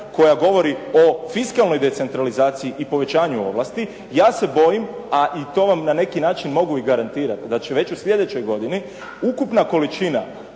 koja govori o fiskalnoj decentralizaciji i povećanju ovlasti, ja se bojim, a i to vam na neki način mogu i garantirati da će već u sljedećoj godini ukupna količina